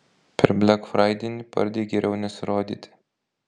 per blekfraidienį pardėj geriau nesirodyti